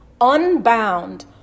unbound